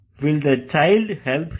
Will the child help his sister